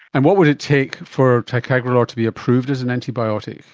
and what would it take for ticagrelor to be approved as an antibiotic?